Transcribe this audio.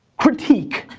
critique.